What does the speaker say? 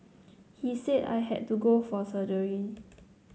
he said I had to go for surgery